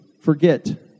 forget